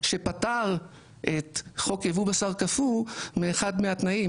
שפתר את חוק יבוא בשר קפוא מאחד מהתנאים,